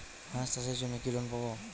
হাঁস চাষের জন্য কি লোন পাব?